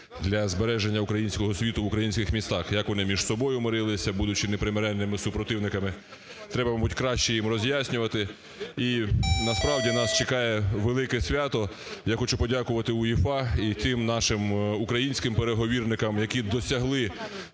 для збереження українського світу в українських містах, як вони між собою мирилися, будучи непримиренними супротивниками. Треба, мабуть, краще їм роз'яснювати. І насправді нас чекає велике свято. Я хочу подякувати УЄФА і тим нашим українським переговірникам, які досягли